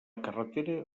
carretera